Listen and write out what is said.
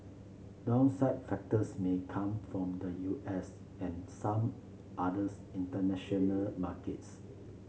downside factors may come from the U S and some others international markets